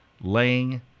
laying